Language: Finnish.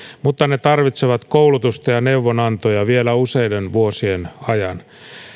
mutta ne tarvitsevat koulutusta ja neuvonantoja vielä useiden vuosien ajan